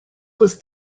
was